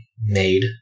made